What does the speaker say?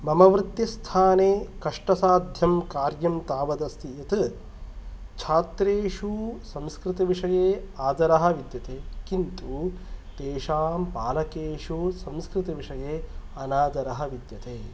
मम वृत्तिस्थाने कष्टसाध्यं कार्यं तावदस्ति यत छात्रेषु संस्कृतविषये आदरः विद्यते किन्तु तेषां पालकेषु संस्कृतविषये अनादरः विद्यते